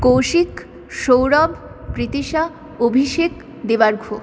Kaushik Sourav Pritisha Abhishek Debarghya